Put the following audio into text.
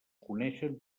coneixen